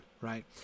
right